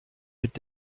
mit